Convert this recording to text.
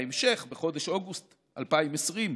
בהמשך, בחודש אוגוסט 2020,